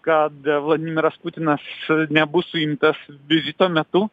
kad vladimiras putinas nebus suimtas vizito metu